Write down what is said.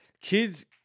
Kids